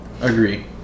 Agree